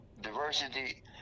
diversity